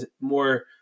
more